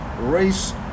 race